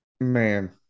Man